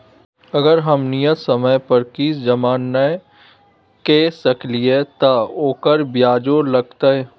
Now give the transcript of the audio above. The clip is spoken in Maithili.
अगर हम नियत समय पर किस्त जमा नय के सकलिए त ओकर ब्याजो लगतै?